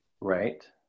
Right